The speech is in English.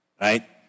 right